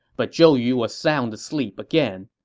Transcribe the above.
but zhou yu was sound asleep again.